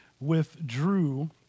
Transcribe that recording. withdrew